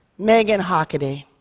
meagan hockaday.